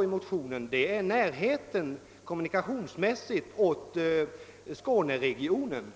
vi i motionerna pekat på närheten kommunikationsmässigt till skåneregionen.